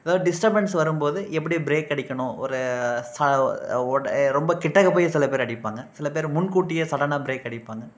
ஏதாவது டிஸ்டர்பன்ஸ் வரும் போது எப்படி ப்ரேக் அடிக்கணும் ஒரு ச ஓட ரொம்ப கிட்டக்கப் போய் சில பேர் அடிப்பாங்க சில பேர் முன்கூட்டியே சடனாக ப்ரேக் அடிப்பாங்க